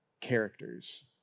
characters